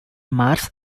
mars